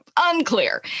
unclear